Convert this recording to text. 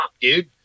dude